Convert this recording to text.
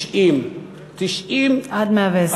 90. 90. עד מאה-ועשרים.